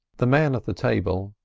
the man at the table,